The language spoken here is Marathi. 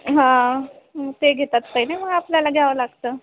हां ते घेतात पहिले मग आपल्याला घ्यावं लागतं